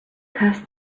curse